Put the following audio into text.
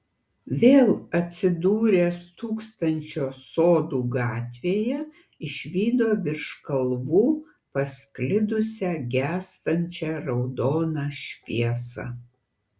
vėl atsidūręs tūkstančio sodų gatvėje išvydo virš kalvų pasklidusią gęstančią raudoną šviesą